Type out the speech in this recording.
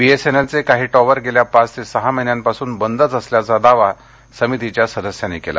बीएसएनएलचे काही टॉवर गेल्या पाच ते सहा महिन्यांपासून बंदच असल्याचा दावा समितीच्या सदस्यांनी केला